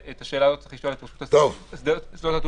השאלה הזאת צריך לשאול את רשות שדות התעופה,